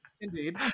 Indeed